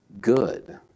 good